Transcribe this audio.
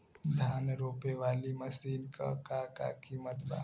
धान रोपे वाली मशीन क का कीमत बा?